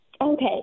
Okay